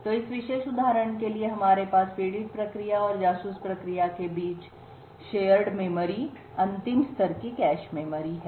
तो इस विशेष उदाहरण में हमारे पास पीड़ित प्रक्रिया और जासूस प्रक्रिया के बीच साझा की गई शेयर मेमोरी अंतिम स्तर की कैश मेमोरी है